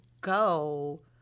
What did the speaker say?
go